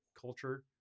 culture